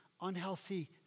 Unhealthy